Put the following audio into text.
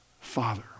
Father